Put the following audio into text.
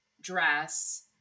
dress